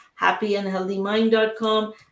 happyandhealthymind.com